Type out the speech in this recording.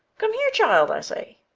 come here, child, i say.